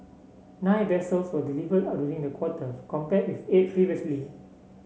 nine vessels were delivered a during the quarter compared with eight previously